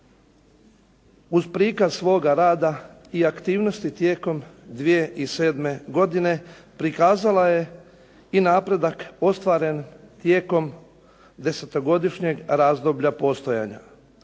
Uz prikaz svoga rada i aktivnosti tijekom 2007. godine prikazala je i napredak ostvaren tijekom desetogodišnjeg razdoblja postojanja.